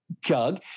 jug